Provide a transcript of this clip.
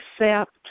accept